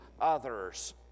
others